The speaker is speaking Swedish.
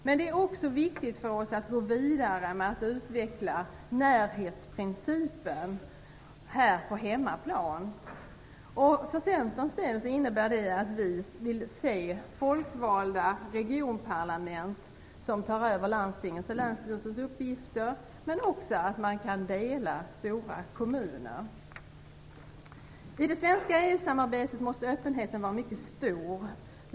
Men det är också viktigt för oss att gå vidare med att utveckla närhetsprincipen här på hemmaplan. För Centerns del innebär det att vi vill se folkvalda regionparlament som tar över landstingens och länsstyrelsernas uppgifter men också att man delar stora kommuner. I det svenska EU-samarbetet måste öppenheten vara mycket stor.